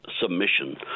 submission